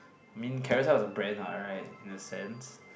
mean Carousell is a brand what right in a sense